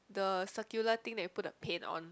the circular thing that you put the paint on